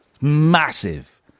Massive